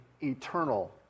eternal